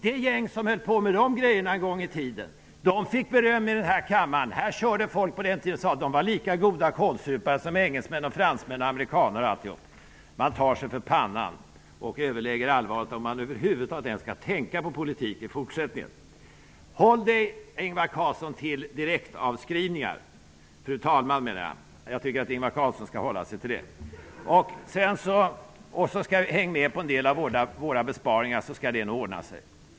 Det gäng som en gång i tiden höll på med de grejerna fick beröm här i kammaren. På den tiden sade folk att dessa var lika goda kålsupare som engelsmän, fransmän, amerikanare och andra. Man tar sig för pannan och överväger allvarligt om man över huvud taget ens kan tänka på politik i fortsättningen. Jag tycker, fru talman, att Ingvar Carlsson skall hålla sig till direktavskrivningar. Om han sedan hänger med på en del av våra besparingar, så skall det nog ordna sig.